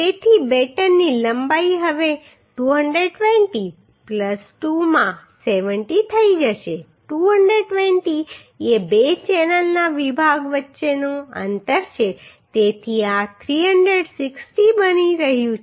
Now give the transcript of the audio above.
તેથી બેટનની લંબાઈ હવે 220 2 માં 70 થઈ જશે 220 એ બે ચેનલના વિભાગ વચ્ચેનું અંતર છે તેથી આ 360 બની રહ્યું છે